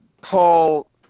Paul